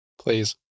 Please